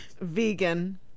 vegan